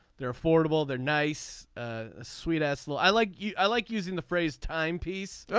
they're affordable they're nice ah sweet as well. i like you. i like using the phrase time piece.